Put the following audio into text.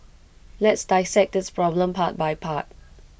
let's dissect this problem part by part